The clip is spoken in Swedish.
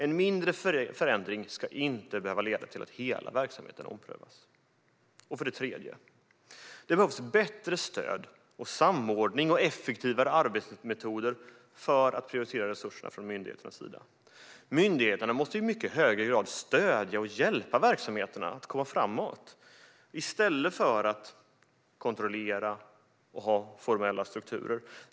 En mindre förändring ska inte leda till att hela verksamheten behöver omprövas. För det tredje: Det behövs bättre stöd och samordning och effektivare arbetsmetoder för att prioritera resurserna från myndigheternas sida. Myndigheterna måste i mycket högre grad stödja och hjälpa verksamheterna att komma framåt i stället för att kontrollera och ha formella strukturer.